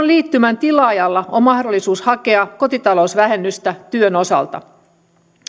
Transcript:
liittymän tilaajalla on mahdollisuus hakea kotitalousvähennystä työn osalta